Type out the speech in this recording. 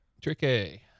Tricky